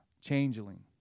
Changeling